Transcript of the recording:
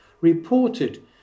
reported